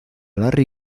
larry